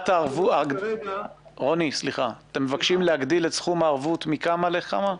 אתם מבקשים להגדיל את סכום הערבות מכמה לכמה?